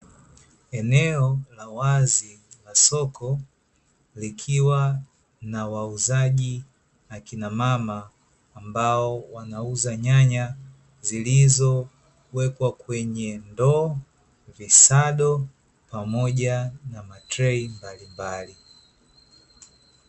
Eneo la wazi la soko, likiwa na wauzaji na kina mama ambao wanauza nyanya, zilizowekwa kwenye ndoo, visado, pamoja na matrei mbalimbali.